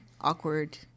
awkward